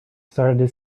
started